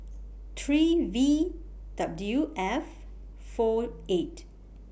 three V W F four eight